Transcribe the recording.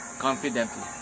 confidently